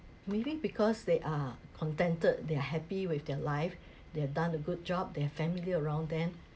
we live because they are contented they're happy with their life they have done a good job they have family around them